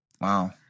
Wow